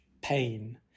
pain